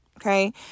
okay